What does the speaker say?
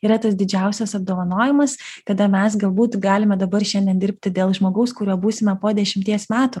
yra tas didžiausias apdovanojimas kada mes galbūt galime dabar šiandien dirbti dėl žmogaus kuriuo būsime po dešimties metų